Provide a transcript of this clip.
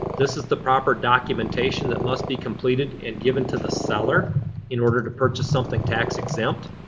this is the proper documentation that must be completed and given to the seller in order to purchase something tax exempt.